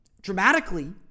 dramatically